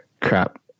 crap